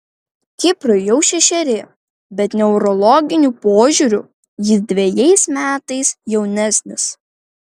kiprui jau šešeri bet neurologiniu požiūriu jis dvejais metais jaunesnis